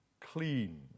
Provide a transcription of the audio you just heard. clean